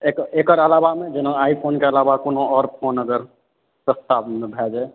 एकर एकर अलाबामे जेना आइ फोनके अलाबा कोनो आओर फोन अगर सस्तामे भय जाइ